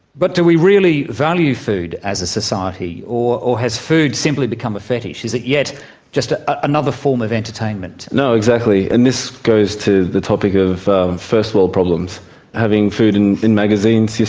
but do we really value food as a society, or or has food simply become a fetish? is it yet just ah ah another form of entertainment? no, exactly, and this goes to the topic of of first world problems having food and in magazines, yeah